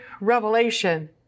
revelation